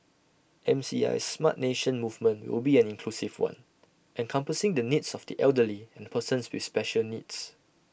M C I's Smart Nation movement will be an inclusive one encompassing the needs of the elderly and persons with special needs